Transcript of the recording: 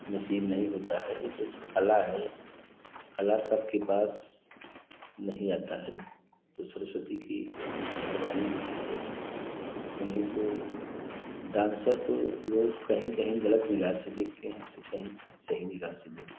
नसीब नहीं होता है तो कला है कला सबके पास नहीं आता है तो सरस्वती की मेहरबानी होती है उन्हीं को डांसर को लोग कहीं कहीं गलत निगाह से देखते हैं तो कहीं कहीं सही निगाह से देखते हैं